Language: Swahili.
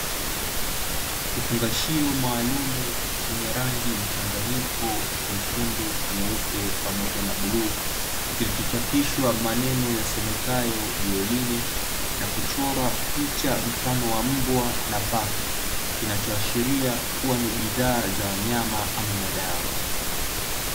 Kifungashio maalumu chenye rangi mchanganyiko: nyekundu, nyeupe, pamoja na bluu, kilichochapishwa maneno yasomekayo "Bioline", na kuchorwa picha mfano wa mbwa na paka, kinachoashiria kuwa ni bidhaa za wanyama ama madawa.